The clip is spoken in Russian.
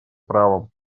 правом